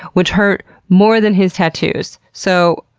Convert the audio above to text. which hurt more than his tattoos. so